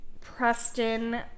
Preston